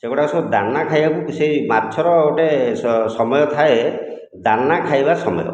ସେ ଗୁଡ଼ାକ ସବୁ ଦାନା ଖାଇବାକୁ ସେଇ ମାଛର ଗୋଟେ ସମୟ ଥାଏ ଦାନା ଖାଇବା ସମୟ